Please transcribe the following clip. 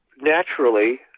naturally